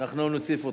אנחנו נוסיף אותך.